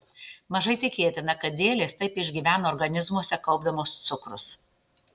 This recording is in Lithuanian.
mažai tikėtina kad dėlės taip išgyvena organizmuose kaupdamos cukrus